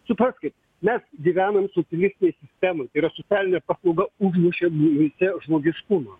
supraskit mes gyvenam socialistinėj sistemoj tai yra socialinė paslauga užmušė mumyse žmogiškumą